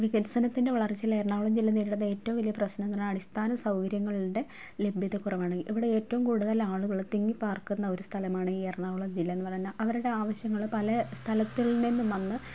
വികസനത്തിൻ്റെ വളർച്ചയിൽ എറണാകുളം ജില്ല നേരിടുന്ന ഏറ്റവും വലിയ പ്രശ്നം എന്ന് പറഞ്ഞാൽ അടിസ്ഥാന സൗകര്യങ്ങളുടെ ലഭ്യത കുറവാണ് ഇവിടെ ഏറ്റവും കൂടുതൽ ആളുകള് തിങ്ങിപ്പാർക്കുന്ന ഒരു സ്ഥലമാണ് ഈ എറണാകുളം ജില്ല എന്ന് പറയുന്നത് അവരുടെ ആവശ്യങ്ങള് പല സ്ഥലത്തിൽ നിന്നും വന്ന്